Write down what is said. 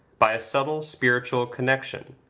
by a subtle spiritual connection.